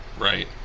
Right